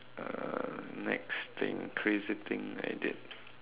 uh next thing crazy thing that I did